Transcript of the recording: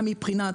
גם מבחינת